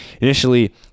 Initially